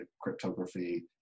cryptography